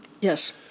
Yes